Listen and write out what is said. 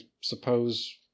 suppose